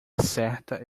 certa